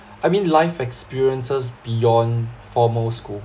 I mean life experiences beyond formal school